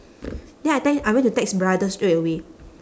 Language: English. then I then I went to text brother straight away